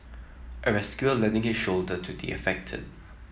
a rescuer lending his shoulder to the affected